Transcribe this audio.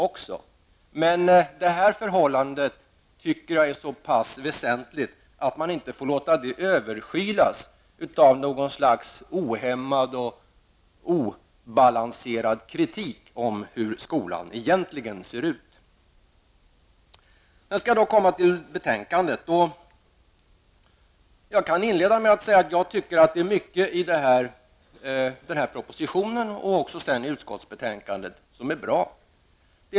Utbildningens höga kvalitet är så pass väsentlig att man inte får låta detta överskylas av något slags ohämmad och obalanserad kritik av hur skolan egentligen ser ut. Mycket i propositionen och i utskottsbetänkandet är bra.